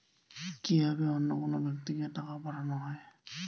কি ভাবে অন্য কোনো ব্যাক্তিকে টাকা পাঠানো হয়?